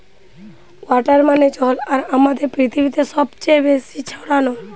water মানে জল আর আমাদের পৃথিবীতে সবচে বেশি ছড়ানো